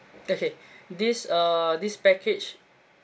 okay this uh this package